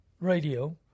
radio